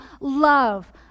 love